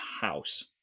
house